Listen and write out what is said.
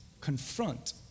confront